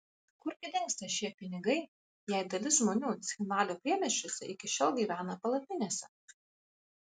kur gi dingsta šie pinigai jei dalis žmonių cchinvalio priemiesčiuose iki šiol gyvena palapinėse